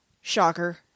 Shocker